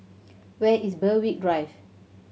where is Berwick Drive